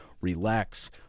relax